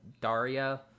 Daria